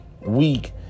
week